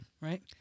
Right